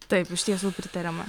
taip iš tiesų pritariama